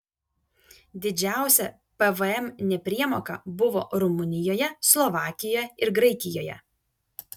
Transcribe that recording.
didžiausia pvm nepriemoka buvo rumunijoje slovakijoje ir graikijoje